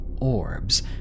orbs